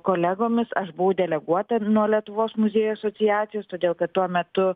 kolegomis aš buvau deleguota nuo lietuvos muziejų asociacijos todėl kad tuo metu